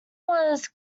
was